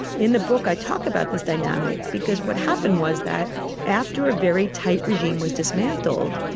in the book i talk about this dynamic because what happened was that after a very tight regime was dismantled,